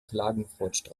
klagenfurt